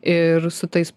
ir su tais